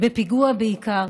בפיגוע בעיקר,